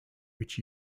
which